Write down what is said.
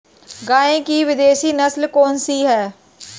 गाय की विदेशी नस्ल कौन सी है?